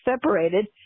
separated